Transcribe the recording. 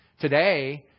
today